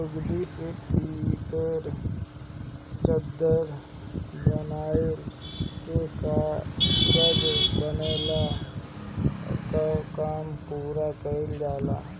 लुगदी से पतील चादर बनाइ के कागज बनवले कअ काम पूरा कइल जाला